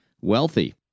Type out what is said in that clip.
wealthy